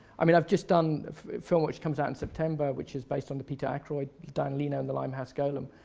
i mean, i've just done a film which comes out in september, which is based on the peter aykroyd dan leno and the limehouse golem.